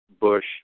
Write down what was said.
Bush